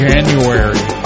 January